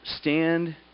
stand